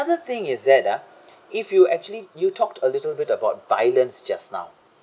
thing is that ah if you actually you talked a little bit about violence just now